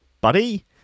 buddy